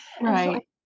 Right